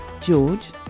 George